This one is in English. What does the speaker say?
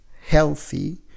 healthy